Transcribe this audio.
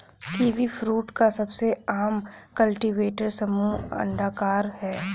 kiwifruit का सबसे आम कल्टीवेटर समूह अंडाकार है